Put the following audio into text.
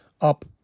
up